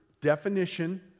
definition